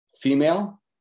female